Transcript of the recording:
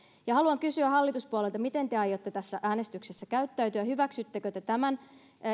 haluan kysyä hallituspuolueilta miten te aiotte tässä äänestyksessä käyttäytyä hyväksyttekö te tämän